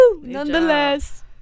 Nonetheless